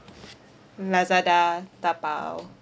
Lazada Taobao